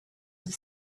have